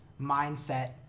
mindset